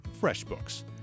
freshbooks